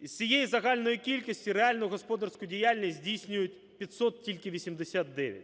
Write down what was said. Із цієї загальної кількості реальну господарську діяльність здійснюють тільки 589.